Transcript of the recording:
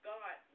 God